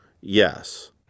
Yes